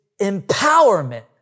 empowerment